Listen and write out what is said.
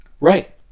right